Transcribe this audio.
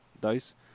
dice